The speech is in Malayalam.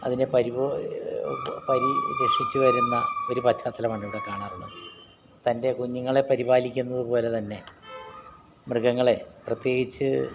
അതിനെ പരിപ പരിരക്ഷിച്ച് വരുന്ന ഒരു പശ്ചാത്തലമാണ് ഇവിടെ കാണാറുള്ളത് തൻ്റെ കുഞ്ഞുങ്ങളെ പരിപാലിക്കുന്നതുപോലെതന്നെ മൃഗങ്ങളെ പ്രത്യേകിച്ച്